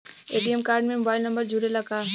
ATM card में mobile number जुरेला का?